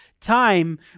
time